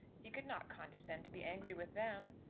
he could not condescend to be angry with them.